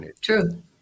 true